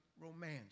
romance